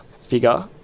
figure